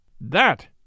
That